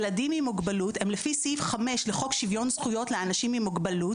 ילדים עם מוגבלות הם לפי סעיף 5 לחוק שוויון זכויות לאנשים עם מוגבלות,